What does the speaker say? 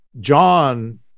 John